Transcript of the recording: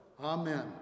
Amen